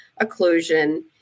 occlusion